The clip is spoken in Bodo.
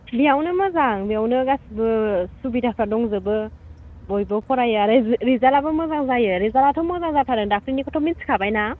बेयावनो मोजां बेयावनो गासैबो सुबिदाफ्रा दंजोबो बयबो फरायो आरो रिजाल्टआबो मोजां जायो रिजाल्टआथ' मोजां जाथारो दाखोलिनिखौथ' मिथिखाबाय ना